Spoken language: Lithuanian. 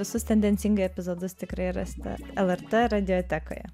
visus tendencingai epizodus tikrai rasite lrt radiotekoje